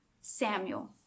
Samuel